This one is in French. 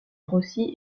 rossi